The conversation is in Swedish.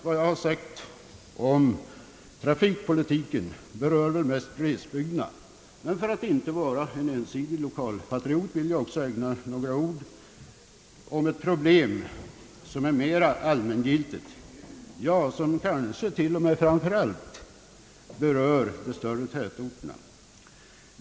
Vad jag sagt om trafikpolitiken berör väl mest glesbygderna, men för att inte verka ensidig lokalpatriot vill jag också anföra några ord om ett problem som är mera allmängiltigt, ja, som kanske t.o.m. framför allt berör de större tätorterna.